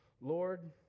Lord